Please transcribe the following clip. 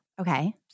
Okay